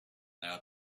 now